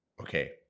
okay